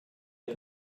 had